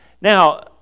Now